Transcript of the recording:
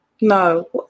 No